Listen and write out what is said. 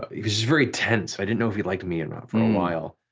ah he was very tense, i didn't know if he liked me or not for a while.